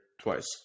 twice